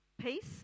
Peace